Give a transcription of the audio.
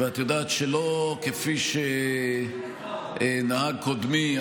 ואת יודעת שלא כפי שנהג קודמי,